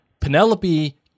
Penelope